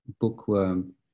bookworm